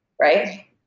right